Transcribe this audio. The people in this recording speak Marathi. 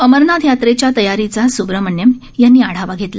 अमरनाथ यात्रेच्या तयारीचा सुब्रमण्यम यांनी आढावा घेतला